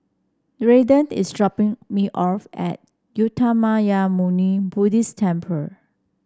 Raiden is dropping me off at Uttamayanmuni Buddhist Temple